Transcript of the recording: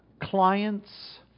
clients